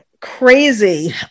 Crazy